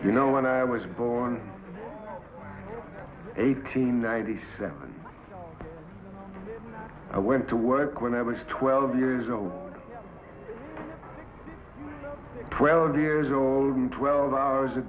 you know when i was born eighteen ninety seven i went to work when i was twelve years ago twelve years old and twelve hours a